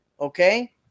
Okay